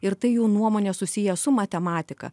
ir tai jų nuomone susiję su matematika